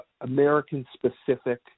American-specific